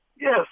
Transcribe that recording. yes